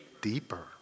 Deeper